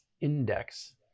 index